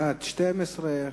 בעד, 12,